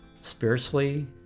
spiritually